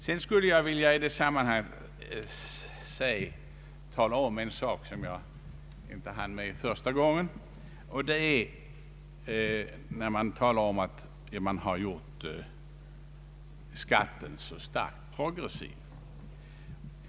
Jag skall i detta sammanhang ta upp en sak som jag inte hann beröra i mitt förra anförande, nämligen den omständigheten att skatten har gjorts så starkt progressiv.